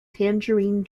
tangerine